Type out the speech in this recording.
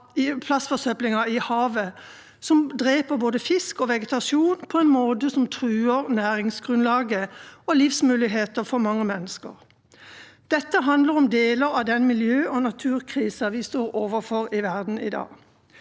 som dreper både fisk og vegetasjon på en måte som truer næringsgrunnlaget og livsmuligheter for mange mennesker. Dette handler om deler av den miljø- og naturkrisen vi står overfor i verden i dag.